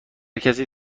کسی